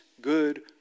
good